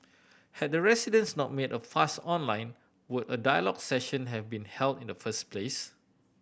had the residents not made a fuss online would a dialogue session have been held in the first place